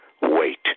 wait